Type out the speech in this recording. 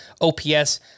OPS